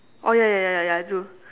oh ya ya ya ya ya I do